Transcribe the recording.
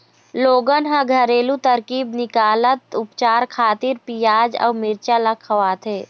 लोगन ह घरेलू तरकीब निकालत उपचार खातिर पियाज अउ मिरचा ल खवाथे